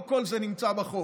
לא כל זה נמצא בחוק,